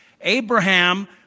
Abraham